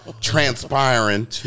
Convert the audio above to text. transpiring